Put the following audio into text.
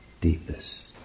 deepest